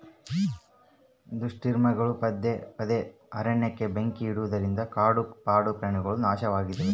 ದುಷ್ಕರ್ಮಿಗಳು ಪದೇ ಪದೇ ಅರಣ್ಯಕ್ಕೆ ಬೆಂಕಿ ಇಡುವುದರಿಂದ ಕಾಡು ಕಾಡುಪ್ರಾಣಿಗುಳು ನಾಶವಾಗ್ತಿವೆ